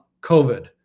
COVID